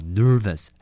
nervous